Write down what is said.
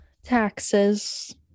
Taxes